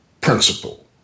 principle